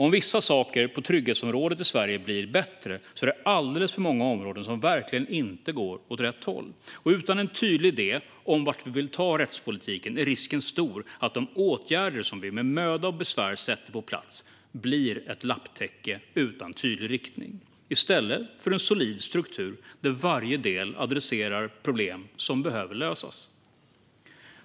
Om vissa saker på trygghetsområdet i Sverige blir bättre är det alldeles för många områden som verkligen inte går åt rätt håll. Utan en tydlig idé om vart vi vill ta rättspolitiken är risken stor att de åtgärder som vi med möda och besvär sätter på plats blir ett lapptäcke utan tydlig riktning, i stället för en solid struktur där varje del adresserar problem som behöver lösas.